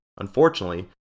Unfortunately